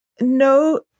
no